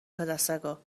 پدسگا